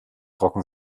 trocken